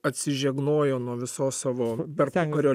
atsižegnojo nuo visos savo tarpukario